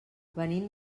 venim